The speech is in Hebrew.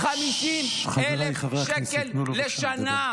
50,000 שקל לשנה.